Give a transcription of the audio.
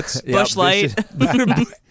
Bushlight